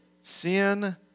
sin